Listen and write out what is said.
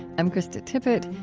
i'm krista tippett.